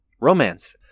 romance